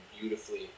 beautifully